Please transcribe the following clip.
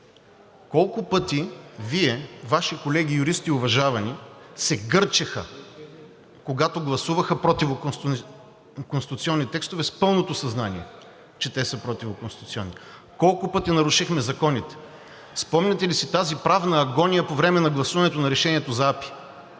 Колко пъти Вие, Ваши колеги – уважавани юристи, се гърчеха, когато гласуваха противоконституционни текстове с пълното съзнание, че те са противоконституционни? Колко пъти нарушихме законите? Спомняте ли си тази правна агония по време на гласуването на решението за АПИ?